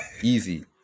easy